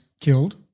killed